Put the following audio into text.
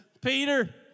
Peter